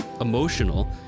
emotional